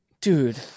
Dude